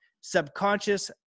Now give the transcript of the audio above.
Subconscious